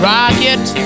Rocket